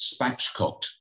spatchcocked